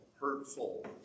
hurtful